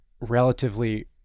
relatively